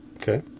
Okay